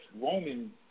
Roman